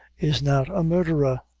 is not a murderer.